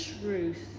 truth